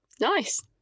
Nice